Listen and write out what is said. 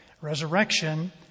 resurrection